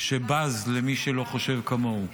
שבז למי שלא חושב כמוהו.